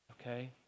Okay